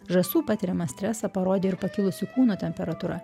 žąsų patiriamą stresą parodė ir pakilusi kūno temperatūra